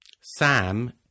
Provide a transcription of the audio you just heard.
Sam